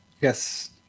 Yes